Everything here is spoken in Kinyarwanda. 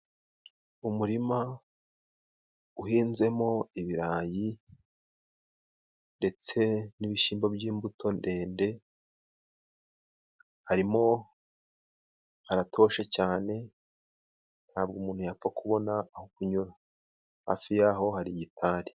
Umurima uhinzemo ibirayi ndetse n'ibishyimbo by'imbuto ndende, harimo haratoshe cyane ntabwo umuntu yapfa kubona aho kunywara, hafi yaho hari gitari.